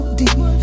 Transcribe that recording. deep